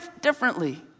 differently